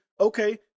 Okay